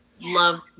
love